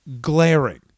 glaring